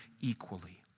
equally